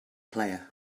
player